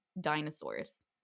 dinosaurs